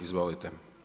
Izvolite.